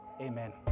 Amen